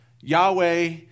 Yahweh